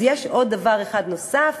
יש עוד דבר אחד נוסף